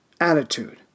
attitude